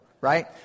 Right